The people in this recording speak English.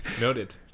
Noted